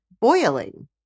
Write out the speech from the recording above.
boiling